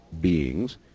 beings